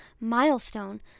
milestone